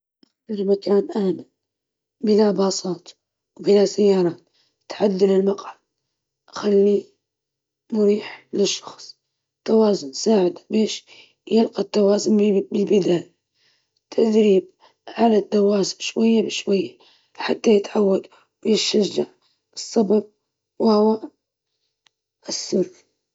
تبدأ بتعليمهم ركوب الدراجة في مكان آمن بدون حركة، توازن الشخص على الدراجة ثم تدعمه من الخلف حتى يتعود على الشعور بتوازن الدراجة، بعدين تبدأ بالسير معاه ببطء حتى يكتسب الثقة.